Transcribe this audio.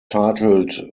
titled